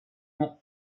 nom